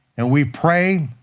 and we pray